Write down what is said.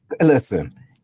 Listen